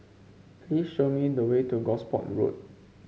please show me the way to Gosport Road